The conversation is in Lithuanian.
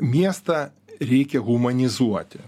miestą reikia humanizuoti